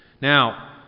Now